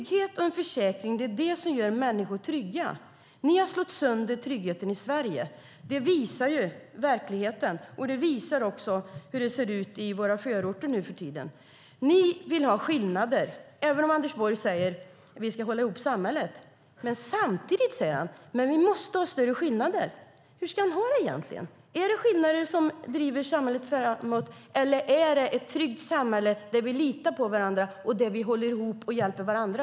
En försäkring är det som gör människor trygga. Ni har slagit sönder tryggheten i Sverige. Det visar verkligheten och också hur det ser ut i våra förorter nu för tiden. Ni vill ha skillnader. Anders Borg säger: Vi ska hålla ihop samhället. Samtidigt säger han: Men vi måste ha större skillnader. Hur ska han ha det egentligen? Är det skillnader som driver samhället framåt, eller är det ett tryggt samhälle där vi litar på varandra, där vi håller ihop och hjälper varandra?